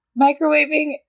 microwaving